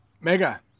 Mega